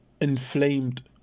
inflamed